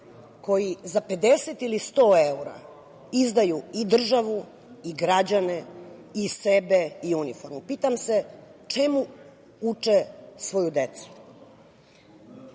koji za 50 ili 100 evra izdaju i državu i građane i sebe i uniformu? Pitam se čemu uče svoju decu?